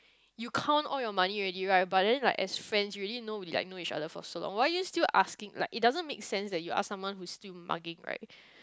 you count all your money already right but then like as friends you already know like we know each other for so long why are you still asking like it doesn't make sense that you ask someone who's still mugging right